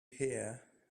here